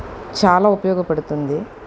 చాలా ఉపయోగపడుతుంది